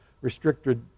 restricted